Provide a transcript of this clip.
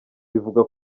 bivugwa